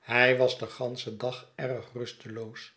hij was den ganschen dag erg rusteloos